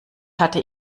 hatte